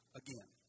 again